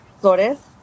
Flores